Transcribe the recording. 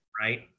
right